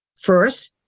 First